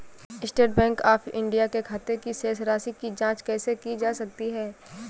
State Bank of India के खाते की शेष राशि की जॉंच कैसे की जा सकती है?